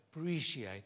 appreciate